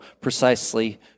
precisely